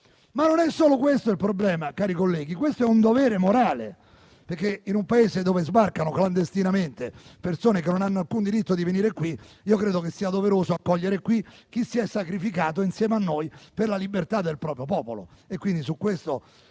Non è solo questo il problema, però, cari colleghi: si tratta un dovere morale, perché in un Paese in cui sbarcano clandestinamente persone che non hanno alcun diritto di venire qui credo che sia doveroso accogliere chi si è sacrificato insieme a noi per la libertà del proprio popolo.